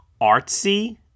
artsy